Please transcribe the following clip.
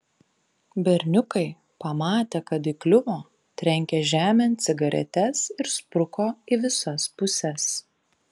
berniukai pamatę kad įkliuvo trenkė žemėn cigaretes ir spruko į visas puses